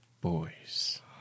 Boys